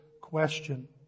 question